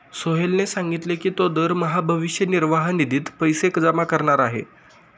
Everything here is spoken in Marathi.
सोहेलने सांगितले की तो दरमहा भविष्य निर्वाह निधीत पैसे जमा करणार आहे